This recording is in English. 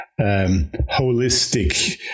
holistic